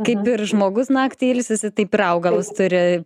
kaip ir žmogus naktį ilsisi taip ir augalas turi